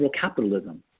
capitalism